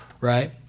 right